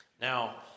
Now